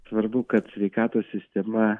svarbu kad sveikatos sistema